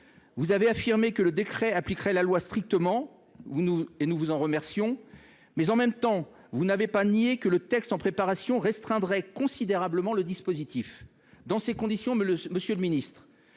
vous avez affirmé que le décret appliquerait strictement la loi, et nous vous en remercions. Mais, en même temps, vous n’avez pas nié que le décret en préparation restreindrait considérablement le dispositif. Dans ces conditions, monsieur le ministre,